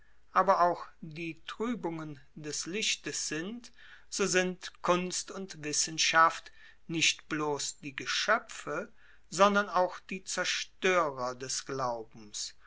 aber auch die truebungen des lichtes sind so sind kunst und wissenschaft nicht bloss die geschoepfe sondern auch die zerstoerer des glaubens